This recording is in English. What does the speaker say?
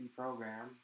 program